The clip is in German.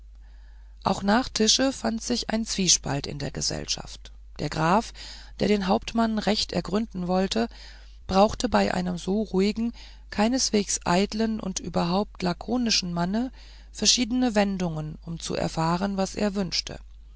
auch nach tische fand sich ein zwiespalt in der gesellschaft der graf der den hauptmann recht er gründen wollte brauchte bei einem so ruhigen keineswegs eitlen und überhaupt lakonischen manne verschiedene wendungen um zu erfahren was er wünschte